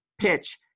PITCH